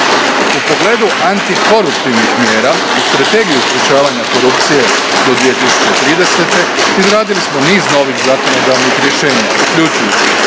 U pogledu antikoruptivnih mjera, uz Strategiju sprječavanja korupcije do 2030. izradili smo niz novih zakonodavnih rješenja, uključujući